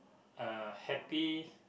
uh happy